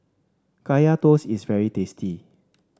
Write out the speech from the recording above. Kaya Toast is very tasty